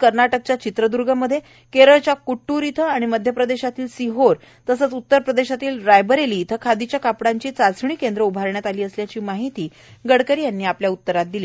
कर्नाटकच्या चित्रदुर्गमध्ये केरळच्या क्ट्टूर इथं मध्य प्रदेशातील सिहोर आणि उत्तर प्रदेशातील रायबरेली इथं खादीच्या कापडाची चाचणी केंद्र उभारण्यात आली असल्याची माहिती गडकरी यांनी आपल्या उत्तरात दिली